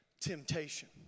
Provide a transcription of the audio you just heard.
temptation